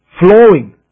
Flowing